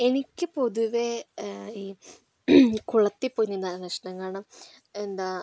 എനിക്ക് പൊതുവേ ഈ കുളത്തിൽ പോയി നീന്താനാണ് ഇഷ്ടം കാരണം എന്താ